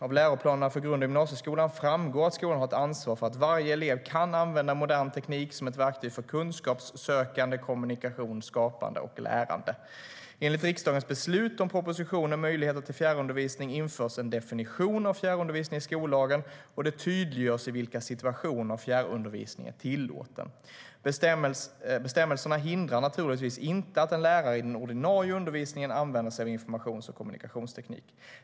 Av läroplanerna för grund och gymnasieskolan framgår att skolan har ett ansvar för att varje elev kan använda modern teknik som ett verktyg för kunskapssökande, kommunikation, skapande och lärande. Enligt riksdagens beslut om propositionen Möjligheter till fjärrundervisning införs en definition av fjärrundervisning i skollagen, och det tydliggörs i vilka situationer fjärrundervisning är tillåten. Bestämmelserna hindrar naturligtvis inte att en lärare i den ordinarie undervisningen använder sig av informations och kommunikationsteknik.